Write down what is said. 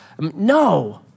no